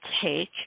take